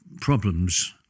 problems